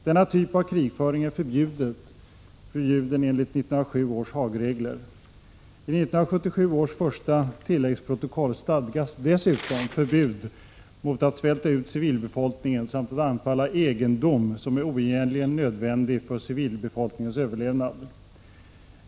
Denna typ av krigföring är förbjuden enligt 1907 års Haagregler. I 1977 års första tilläggsprotokoll stadgas dessutom förbud mot att svälta ut civilbefolkningen samt att anfalla egendom som är oundgängligen nödvändig för civilbefolkningens överlevnad.